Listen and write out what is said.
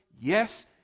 yes